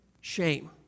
shame